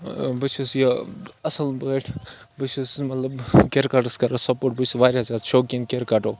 بہٕ چھُس یہِ اَصٕل پٲٹھۍ بہٕ چھُس نہٕ مطلب کِرکَٹَس کَرو سپوٹ بہٕ چھُس واریاہ زیادٕ شوقیٖن کِرکَٹُک